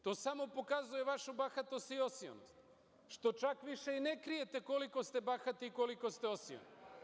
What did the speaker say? To samo pokazuje vašu bahatost i osionost, što čak više i ne krijete koliko ste bahati i koliko ste osioni.